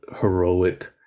heroic